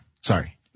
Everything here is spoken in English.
Sorry